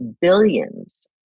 billions